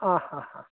आ हा हा